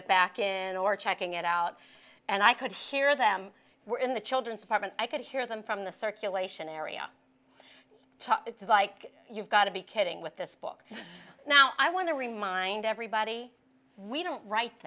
it back in or checking it out and i could hear them were in the children's department i could hear them from the circulation area it's like you've got to be kidding with this book now i want to remind everybody we don't write t